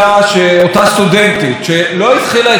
ושר ה-BDS שלנו גלעד ארדן,